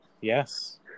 Yes